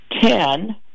ten